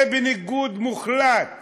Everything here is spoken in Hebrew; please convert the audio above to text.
זה בניגוד מוחלט